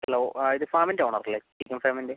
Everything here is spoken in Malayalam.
ഹലോ ആ ഇത് ഫാമിൻ്റ ഓണർ അല്ലേ ചിക്കൻ ഫാമിൻ്റെ